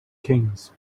kings